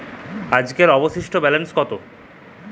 আজকের অবশিষ্ট ব্যালেন্স কত?